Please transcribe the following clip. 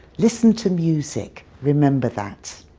listen to music. remember that.